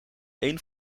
één